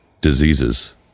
diseases